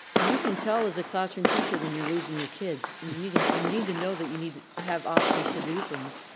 you can tell as a classroom teacher when you're losing your kids. and you need and you need to know that you need to have options to do things.